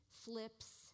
flips